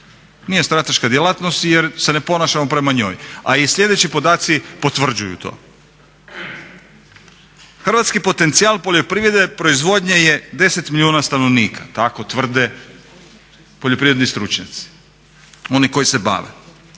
Nije strateška djelatnost jer se ne ponašamo prema njoj, a i sljedeći podaci potvrđuju to. Hrvatski potencijal poljoprivredne proizvodnje je 10 milijuna stanovnika, tako tvrde poljoprivredni stručnjaci, oni koji se bave.